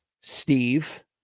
Steve